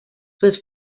sus